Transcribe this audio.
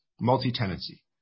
multi-tenancy